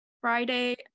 Friday